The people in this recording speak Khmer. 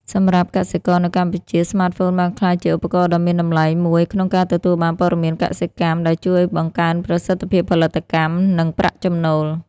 សម្រាប់កសិករនៅកម្ពុជា ស្មាតហ្វូនបានក្លាយជាឧបករណ៍ដ៏មានតម្លៃមួយក្នុងការទទួលបាន ព័ត៌មានកសិកម្ម ដែលជួយបង្កើនប្រសិទ្ធភាពផលិតកម្ម និងប្រាក់ចំណូល។